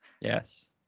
Yes